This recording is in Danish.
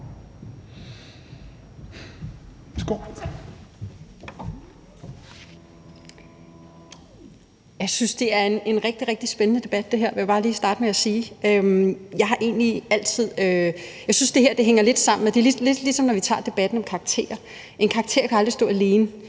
Jeg synes, det her er en rigtig, rigtig spændende debat; det vil jeg bare lige starte med at sige. Jeg synes, at det her hænger lidt sammen med debatten om karakterer. En karakter kan aldrig stå alene.